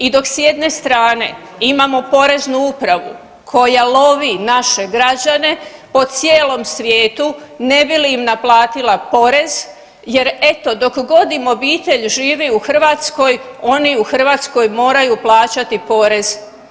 I dok s jedne strane imao Poreznu upravu koja lovi naše građane po cijelom svijetu ne bi li im naplatila porez jer eto dok god im obitelj živi u Hrvatskoj oni u Hrvatskoj moraju plaćati porez.